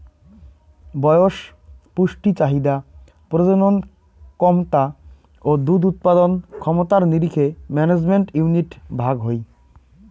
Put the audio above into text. বয়স, পুষ্টি চাহিদা, প্রজনন ক্যমতা ও দুধ উৎপাদন ক্ষমতার নিরীখে ম্যানেজমেন্ট ইউনিট ভাগ হই